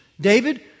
David